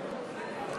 בעד,